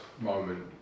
moment